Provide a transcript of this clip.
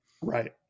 Right